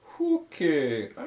Okay